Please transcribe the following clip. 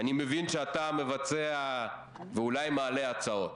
אני מבין שאתה מבצע ואולי מעלה הצעות,